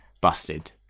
busted